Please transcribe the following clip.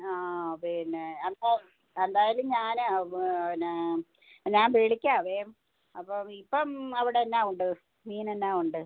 ആ പിന്നെ അപ്പോൾ എന്തായാലും ഞാൻ പിന്നെ ഞാൻ വിളിക്കാമേ അപ്പം ഇപ്പം അവിടെ എന്നാ ഉണ്ട് മീൻ എന്നാ ഉണ്ട്